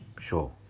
sure